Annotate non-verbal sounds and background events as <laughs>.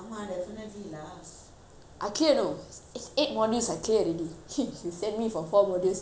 I clear you know it's it's eight modules I clear already <laughs> they send me for four modules you need to resit